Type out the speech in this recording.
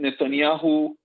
Netanyahu